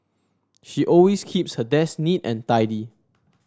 she always keeps her desk neat and tidy